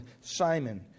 Simon